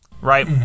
right